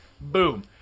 boom